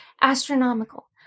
astronomical